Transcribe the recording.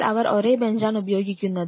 എന്നാൽ അവർ ഒരേ ബെഞ്ചാണുപയോഗിക്കുന്നത്